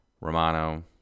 Romano